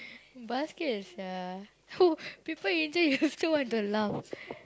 basket sia who people injured you still want to laugh